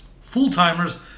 Full-timers